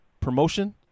promotion